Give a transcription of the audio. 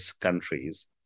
countries